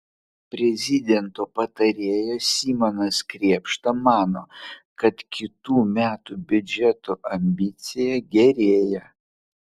prezidento patarėjas simonas krėpšta mano kad kitų metų biudžeto ambicija gerėja